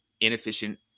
inefficient